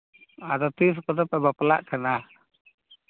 ᱟᱫᱚ ᱛᱤᱥ ᱠᱚᱛᱮ ᱯᱮ ᱵᱟᱯᱞᱟᱜ ᱠᱟᱱᱟ